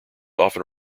often